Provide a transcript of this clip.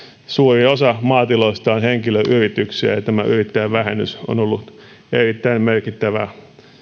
suuri osa maatiloista on henkilöyrityksiä ja ja tämä yrittäjävähennys on ollut erittäin merkittävä